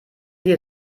die